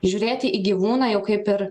žiūrėti į gyvūną jau kaip ir